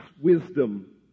wisdom